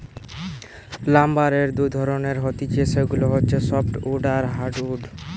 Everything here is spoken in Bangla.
লাম্বারের দুই ধরণের হতিছে সেগুলা হচ্ছে সফ্টউড আর হার্ডউড